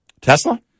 Tesla